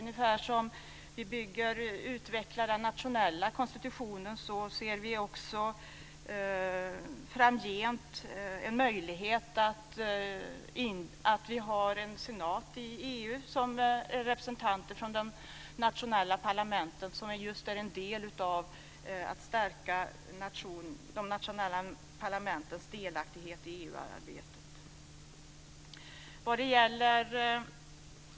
Ungefär som vi bygger och utvecklar den nationella konstitutionen ser vi också framgent en möjlighet att ha en senat i EU med representanter från de nationella parlamenten som en del i att stärka dessas delaktighet i EU-arbetet.